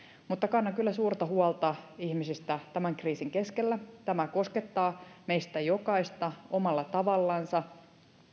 mutta kannan kyllä suurta huolta ihmisistä tämän kriisin keskellä tämä koskettaa meistä jokaista omalla tavallansa